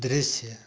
दृश्य